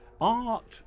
Art